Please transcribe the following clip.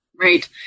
Right